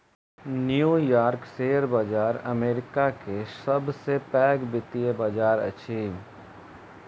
new York share बाजार America के सब से पैघ वित्तीय बाजार अछि